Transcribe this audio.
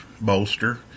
bolster